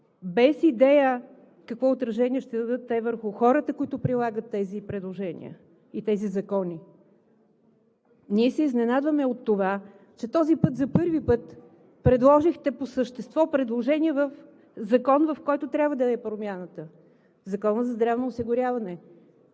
без идея какво отражение ще дадат те върху хората, които прилагат тези предложения и тези закони. Ние се изненадваме от това, че този път за първи път предложихте по същество предложение в закон, в който трябва да е промяната – в Закона за здравното осигуряване.